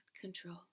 control